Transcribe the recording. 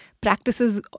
practices